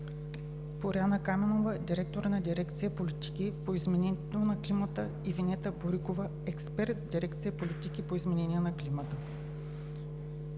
Боряна Каменова, директор на дирекция „Политики по изменението на климата“, и Венета Борикова, експерт в дирекция „Политики по изменението на климата“.